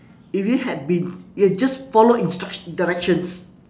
if you had been you had just followed instruction directions